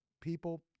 people